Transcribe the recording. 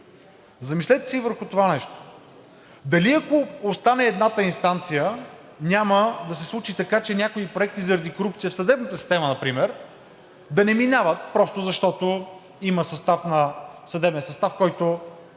Замислете се и върху това нещо: дали ако остане едната инстанция, няма да се случи така, че някои проекти заради корупция в съдебната система например да не минават, просто защото има съдебен състав, който